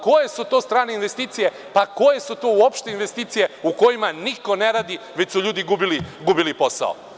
Koje su to strane investicije, koje su to uopšte investicije u kojima niko ne radi već su ljudi izgubili posao.